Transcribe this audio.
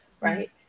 right